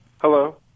Hello